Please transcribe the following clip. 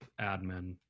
admin